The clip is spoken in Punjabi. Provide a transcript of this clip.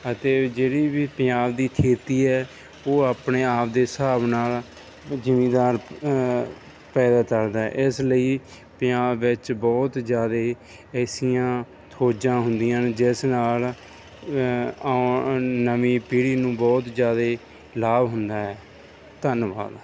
ਅਤੇ ਜਿਹੜੀ ਵੀ ਪੰਜਾਬ ਦੀ ਖੇਤੀ ਹੈ ਉਹ ਆਪਣੇ ਆਪ ਦੇ ਹਿਸਾਬ ਦੇ ਨਾਲ ਜਿਮੀਂਦਾਰ ਪੈਦਾ ਕਰਦਾ ਹੈ ਇਸ ਲਈ ਪੰਜਾਬ ਵਿੱਚ ਬਹੁਤ ਜ਼ਿਆਦਾ ਐਸੀਆਂ ਖੋਜਾਂ ਹੁੰਦੀਆਂ ਨੇ ਜਿਸ ਨਾਲ ਆਨ ਨਵੀਂ ਪੀੜ੍ਹੀ ਨੂੰ ਬਹੁਤ ਜ਼ਿਆਦਾ ਲਾਭ ਹੁੰਦਾ ਹੈ ਧੰਨਵਾਦ